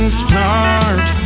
start